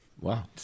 Wow